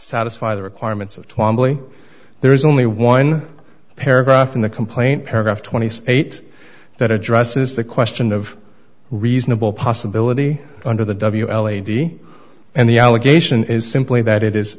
satisfy the requirements of twamley there is only one paragraph in the complaint paragraph twenty eight that addresses the question of reasonable possibility under the w l eighty and the allegation is simply that it is